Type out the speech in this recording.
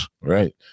right